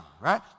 right